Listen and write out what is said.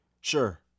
sure